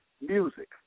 music